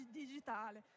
digitale